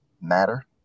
matter